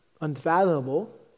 Unfathomable